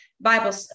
Bible